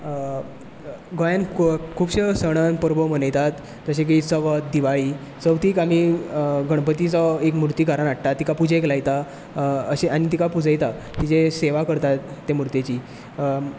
गोंयान खूबश्यो सण आनी परबो मनयतात जशें की चवथ दिवाळी चवथीक आमी गणपतीचो एक मुर्ती घरान हाडटात तिका पुजेक लायता अशें आनी तिका पुजयता तिजें सेवा करतात ते मुर्तेची